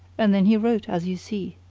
and then he wrote as you see.